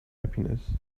happiness